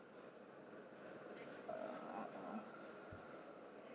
uh uh uh